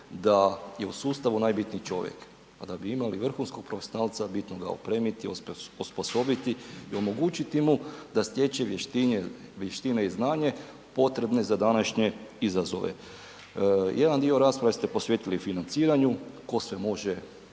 da je u sustavu najbitniji čovjek. A da bi imali vrhunskog profesionalca bitno ga je opremiti, osposobiti i omogućiti mu da stječe vještine i znanje potrebne za današnje izazove. Jedan dio rasprave ste posvetili financiranju ko sve može